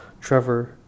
Trevor